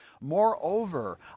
Moreover